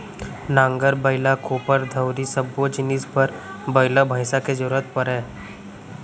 नांगर, बइला, कोपर, दउंरी सब्बो जिनिस बर बइला भईंसा के जरूरत परय